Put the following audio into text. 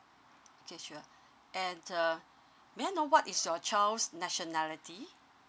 okay sure and uh may I know what is your child's nationality